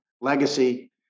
Legacy